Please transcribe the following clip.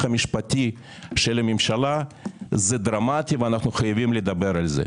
המשפטי של הממשלה זה דרמטי ואנחנו חייבים לדבר על זה.